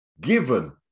given